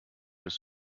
des